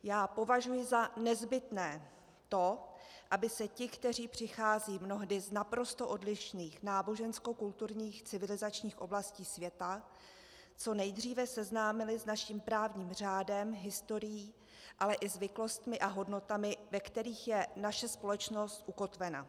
Já považuji za nezbytné to, aby se ti, kteří přicházejí mnohdy z naprosto odlišných náboženskokulturních civilizačních oblastí světa, co nejdříve seznámili s naším právním řádem, historií, ale i zvyklostmi a hodnotami, ve kterých je naše společnost ukotvena.